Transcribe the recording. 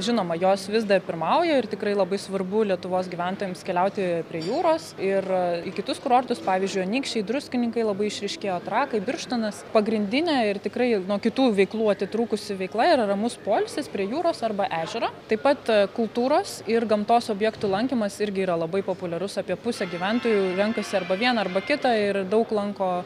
žinoma jos vis dar pirmauja ir tikrai labai svarbu lietuvos gyventojams keliauti prie jūros ir į kitus kurortus pavyzdžiui anykščiai druskininkai labai išryškėjo trakai birštonas pagrindinė ir tikrai nuo kitų veiklų atitrūkusi veikla yra ramus poilsis prie jūros arba ežero taip pat kultūros ir gamtos objektų lankymas irgi yra labai populiarus apie pusę gyventojų renkasi arba viena arba kita ir daug lanko